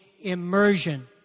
immersion